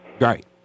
Right